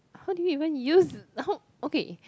how do you even use okay